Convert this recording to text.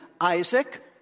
Isaac